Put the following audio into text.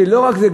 שלא רק זה,